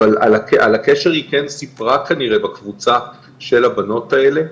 אבל על הקשר היא כן סיפרה כנראה בקבוצה של הבנות האלה.